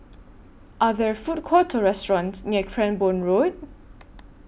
Are There Food Courts Or restaurants near Cranborne Road